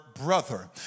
brother